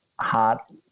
hot